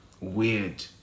weird